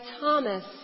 Thomas